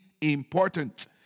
important